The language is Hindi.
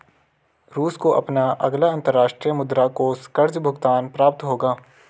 रूस को अपना अगला अंतर्राष्ट्रीय मुद्रा कोष कर्ज़ भुगतान प्राप्त होगा